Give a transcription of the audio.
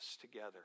together